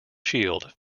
shield